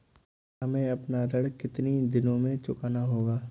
हमें अपना ऋण कितनी दिनों में चुकाना होगा?